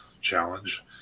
challenge